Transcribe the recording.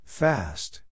Fast